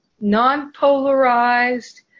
non-polarized